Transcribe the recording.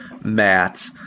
Matt